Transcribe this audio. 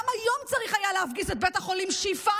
גם היום היה צריך להפגיז את בית החולים שיפא